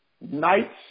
nights